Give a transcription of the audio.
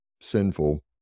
sinful